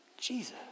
Jesus